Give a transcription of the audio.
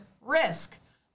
risk